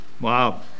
wow